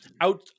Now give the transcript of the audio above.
out